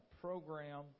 program